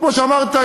כמו שאמרת,